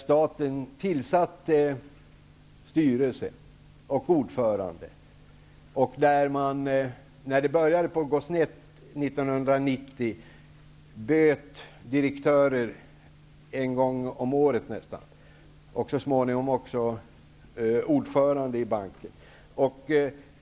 Staten tillsatte styrelse och ordförande. När det började gå snett 1990, bytte man direktörer nästan en gång om året. Så småningom bytte man också ordförande i banken.